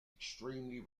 extremely